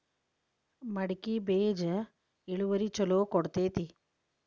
ಮಡಕಿ ಬೇಜ ಇಳುವರಿ ಛಲೋ ಕೊಡ್ತೆತಿ?